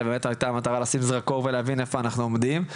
אלא באמת הייתה מטרה לשים זרקור ולהבין איפה אנחנו עומדים.